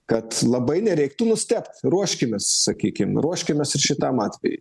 kad labai nereiktų nustebt ruoškimės sakykim ruoškimės ir šitam atvejui